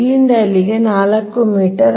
ಇಲ್ಲಿಂದ ಇಲ್ಲಿಗೆ ಇದು 4